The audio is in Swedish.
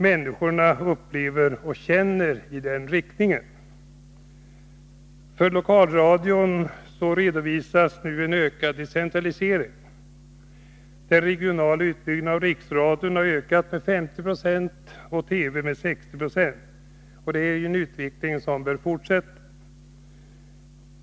Människorna upplever och känner i den riktningen. För lokalradion redovisas en ökad decentralisering. Den regionala utbyggnaden av riksradion har ökat med 50 96 och för TV:s del med 60 96. Detta är en utveckling som bör fortsätta.